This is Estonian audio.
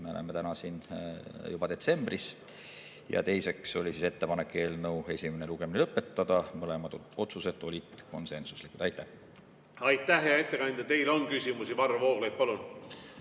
Me oleme täna siin juba detsembris. Teiseks oli ettepanek eelnõu esimene lugemine lõpetada. Mõlemad otsused olid konsensuslikud. Aitäh, hea ettekandja! Teile on küsimusi. Varro Vooglaid, palun!